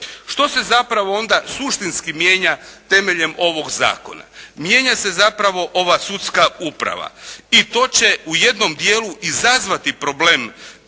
Što se zapravo onda suštinski mijenja temeljem ovog zakona? Mijenja se zapravo ova sudska uprava. I to će u jednom dijelu izazvati problem